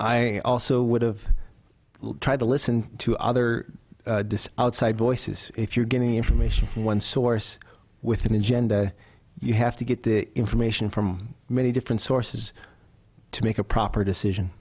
i also would've tried to listen to other outside voices if you're getting information from one source with an agenda you have to get the information from many different sources to make a proper decision